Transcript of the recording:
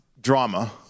drama